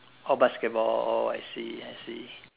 orh basketball orh I see I see